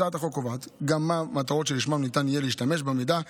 הצעת החוק קובעת גם מה המטרות שלשמן ניתן יהיה להשתמש במידע: